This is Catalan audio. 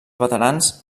veterans